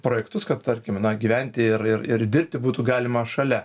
projektus kad tarkim na gyventi ir ir ir dirbti būtų galima šalia